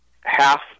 half